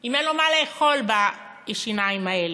אם אין לו מה לאכול בשיניים האלה.